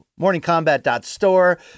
Morningcombat.store